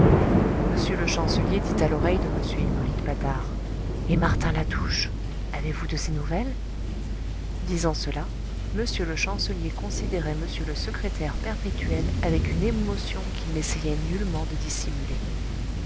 m le chancelier dit à l'oreille de m hippolyte patard et martin latouche avez-vous de ses nouvelles disant cela m le chancelier considérait m le secrétaire perpétuel avec une émotion qu'il n'essayait nullement de dissimuler